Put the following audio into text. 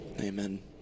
Amen